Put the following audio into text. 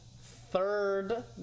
third